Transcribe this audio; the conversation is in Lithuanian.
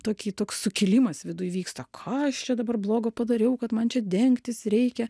tokį toks sukilimas viduj vyksta ką aš čia dabar blogo padariau kad man čia dengtis reikia